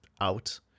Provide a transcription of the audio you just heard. out